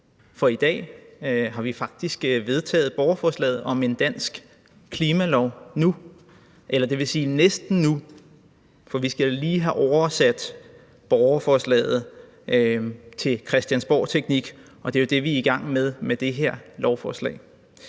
for i dag har vi faktisk vedtaget borgerforslaget »Dansk klimalov nu« – eller dvs. næsten nu, for vi skal lige have oversat borgerforslaget til Christiansborglovteknik, og det er jo det, vi er i gang med med det her lovforslag.